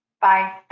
Bye